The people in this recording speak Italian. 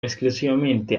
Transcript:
esclusivamente